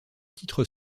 titres